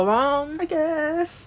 I guess